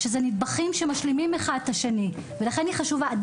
שזה נדבכים שמשלימים אחד את השני ולכן היא חשובה.